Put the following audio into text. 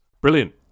Brilliant